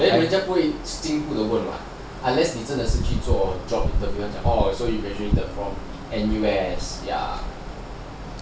then 人家不会辛苦的问 [what] unless 你真的是去做 job interview then they ask like so you graduated from N_U_S ya